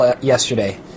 Yesterday